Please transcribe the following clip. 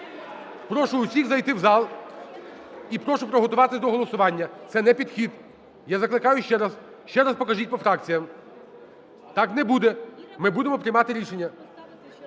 Прошу усіх зайти в зал і прошу приготуватися до голосування. Це не підхід, я закликаю ще раз, ще раз покажіть по фракціям. Так не буде, ми будемо приймати рішення.